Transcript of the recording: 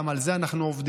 גם על זה אנחנו עובדים.